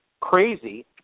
crazy